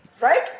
Right